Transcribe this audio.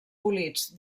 polits